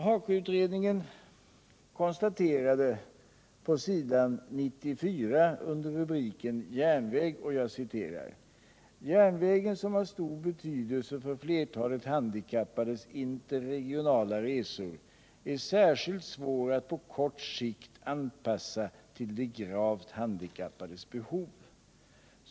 HAKO-utredningen konstaterade på s. 94 under rubriken Järnväg: ”Järnvägen som har stor betydelse för flertalet handikappades interregionala resor är särskilt svår att på kort sikt anpassa till de gravt handikappades behov.